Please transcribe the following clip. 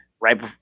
right